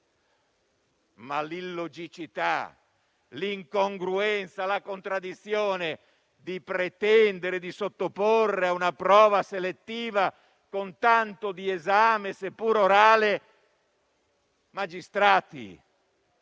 l'illogicità, l'incongruenza e la contraddizione di pretendere di sottoporre a una prova selettiva con tanto di esame, seppur orale, magistrati